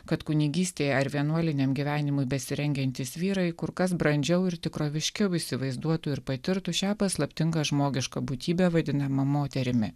kad kunigystei ar vienuoliniam gyvenimui besirengiantys vyrai kur kas brandžiau ir tikroviškiau įsivaizduotų ir patirtų šią paslaptingą žmogiška būtybė vadinama moterimi